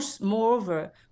Moreover